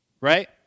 right